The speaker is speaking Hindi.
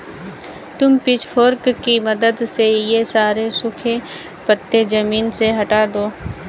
तुम पिचफोर्क की मदद से ये सारे सूखे पत्ते ज़मीन से हटा दो